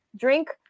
drink